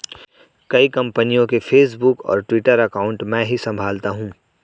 कई कंपनियों के फेसबुक और ट्विटर अकाउंट मैं ही संभालता हूं